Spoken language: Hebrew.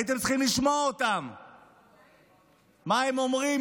הייתם צריכים לשמוע מה הם אומרים,